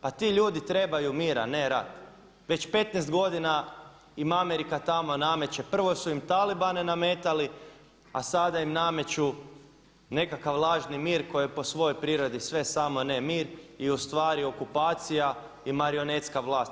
Pa ti ljudi trebaju mir a ne rat, već 15 godina im Amerika tamo nameće, prvo su im talibane nametali a sada im nameću nekakav lažni mir koji je po svojoj prirodi sve samo ne mir i ustvari okupacija i marionetska vlast.